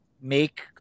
make